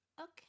Okay